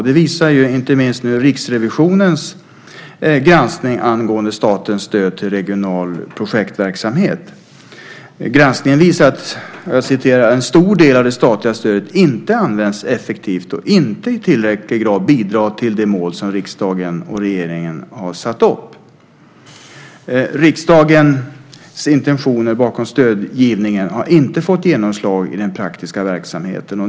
Det visar inte minst Riksrevisionens granskning angående statens stöd till regional projektverksamhet. Granskningen visar att en stor del av det statliga stödet inte används effektivt och inte i tillräcklig grad bidrar till det mål som riksdagen och regeringen har satt upp. Riksdagens intentioner bakom stödgivningen har inte fått genomslag i den praktiska verksamheten.